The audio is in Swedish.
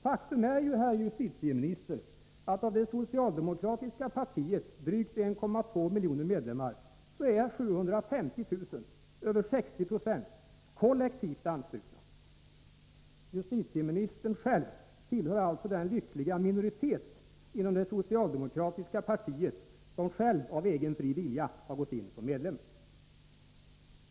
Faktum är ju, herr justitieminister, att av det socialdemokratiska partiets drygt 1,2 miljoner medlemmar är 750 000 — över 60 90 — kollektivt anslutna. Justitieministern själv tillhör alltså den lyckliga minoritet inom det socialdemokratiska partiet som själv av egen fri vilja har gått in som medlem.